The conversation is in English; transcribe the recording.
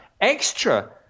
extra